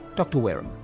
dr wareham.